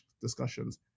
discussions